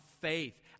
faith